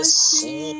see